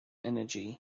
energy